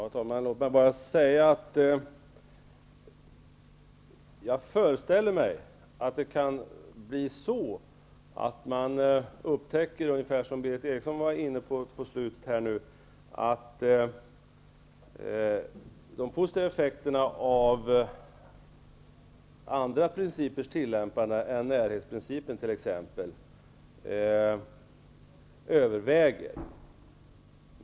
Herr talman! Låt mig bara säga att jag föreställer mig att det kan bli så att man upptäcker ungefär det som Berith Eriksson var inne på i slutet av sitt anförande, att de positiva effekterna av att man tillämpar andra principer än närhetsprincipen överväger.